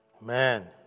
Man